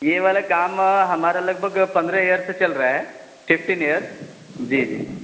یہ والا کام ہمارا لگ بھگ پندرہ ایئر سے چل رہا ہے ففٹین ایئرس جی جی